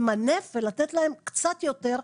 למנף ולתת להם קצת יותר,